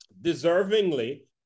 deservingly